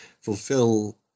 fulfill